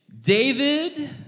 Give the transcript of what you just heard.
David